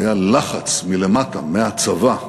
היה לחץ מלמטה, מהצבא,